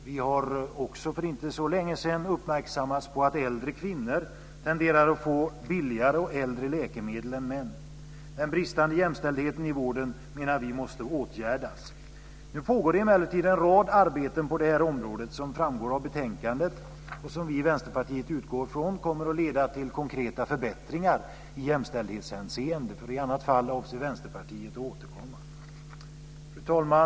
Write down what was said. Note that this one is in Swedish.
Vi har också för inte så länge sedan uppmärksammats på att äldre kvinnor tenderar att få billigare och äldre läkemedel än män. Vi menar att den bristande jämställdheten i vården måste åtgärdas. Nu pågår det emellertid en rad arbeten på det här området, såsom framgår av betänkandet. Vi i Vänsterpartiet utgår från att de kommer att leda till konkreta förbättringar i jämställdhetshänseende. I annat fall avser Vänsterpartiet att återkomma. Fru talman!